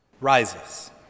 rises